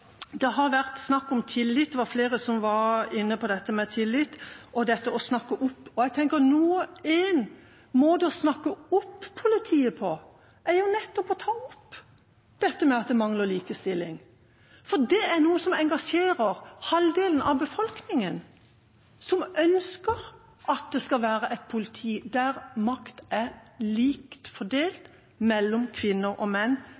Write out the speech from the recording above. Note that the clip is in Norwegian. Det har vært snakk om tillit, og flere var innom dette med tillit og det å snakke opp. En måte å snakke opp politiet på er nettopp å ta opp dette at det mangler likestilling, for det er noe som engasjerer halvdelen av befolkningen, som ønsker at det skal være et politi der makt er likt fordelt mellom kvinner og menn